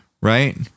right